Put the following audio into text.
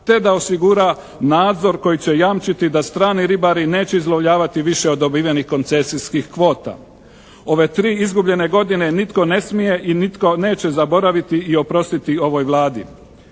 te da osigura nadzor koji će jamčiti da strani ribari neće izlovljavati više od dobivenih koncesijskih kvota. Ove tri izgubljene godine nitko ne smije i nitko neće zaboraviti i oprostiti ovoj Vladi.